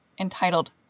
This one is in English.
entitled